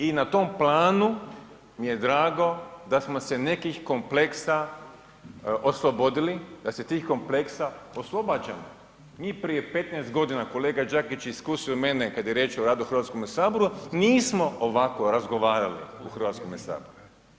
I na tom planu mi je drago da smo se nekih kompleksa oslobodili, da se tih kompleksa oslobađamo. ... prije 15 godina kolega Đakić iskusio mene kada je riječ o radu u Hrvatskome saboru, nismo ovako razgovarali u Hrvatskome saboru.